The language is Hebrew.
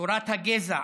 תורת הגזע,